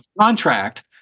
contract